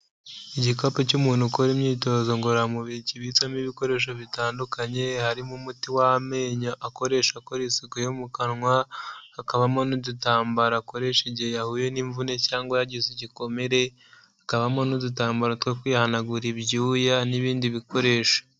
Igikapu cy'umuntu ukora imyitozo ngororamubiri kibitsemo ibikoresho bitandukanye harimo umuti w'amenyo akoresha akora isuku yo mu kanwa, hakabamo n'udutambaro akoresha igihe yahuye n'imvune cyangwa yagize igikomere, hakabamo n'udutambaro two kwihanagura ibyuya n'ibindi bikoresho.